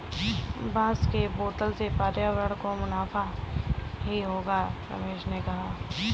बांस के बोतल से पर्यावरण को मुनाफा ही होगा रमेश ने कहा